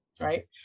right